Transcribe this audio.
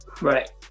Right